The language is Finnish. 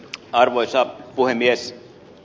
arvoisa puhemies